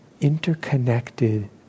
interconnected